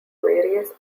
various